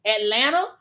Atlanta